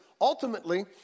ultimately